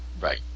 Right